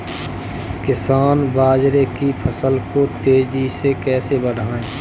किसान बाजरे की फसल को तेजी से कैसे बढ़ाएँ?